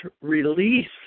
release